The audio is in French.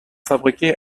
fabriqués